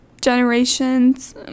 generations